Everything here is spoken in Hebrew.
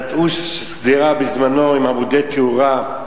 נטעו שדרה עם עמודי תאורה,